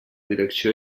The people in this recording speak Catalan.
direcció